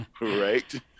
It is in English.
Right